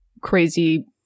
crazy